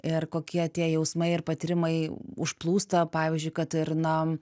ir kokie tie jausmai ir patyrimai užplūsta pavyzdžiui kad ir na